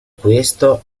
questo